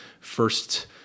first